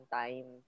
time